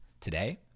Today